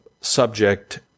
subject